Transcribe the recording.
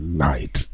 light